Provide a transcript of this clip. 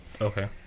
Okay